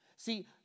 See